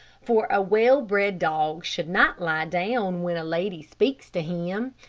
for a well-bred dog should not lie down when a lady speaks to him.